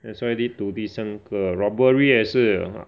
that's why lead to 第三个 robbery 也是